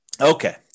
Okay